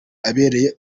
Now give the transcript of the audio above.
abereye